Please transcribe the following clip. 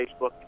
Facebook